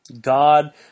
God